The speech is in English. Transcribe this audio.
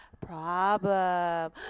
problem